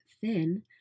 thin